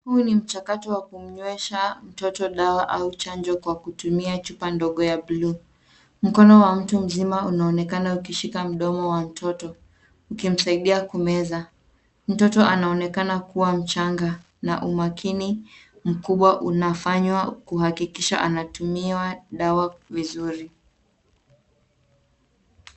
Huu ni mchakato wa kumnywesha mtoto dawa au chanjo kwa kutumia chupa ndogo ya bluu. Mkono wa mtu mzima unaonekana ukishika mdomo wa mtoto ukimsaidia kumeza. Mtoto anaonekana kuwa mchanga na umakini mkubwa unafanywa kuhakikisha anatumiwa dawa vizuri.